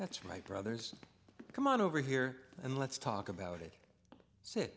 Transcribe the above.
that's my brothers come on over here and let's talk about it s